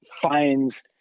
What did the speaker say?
finds